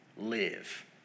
live